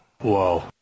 Whoa